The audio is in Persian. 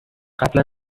قبلا